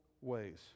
ways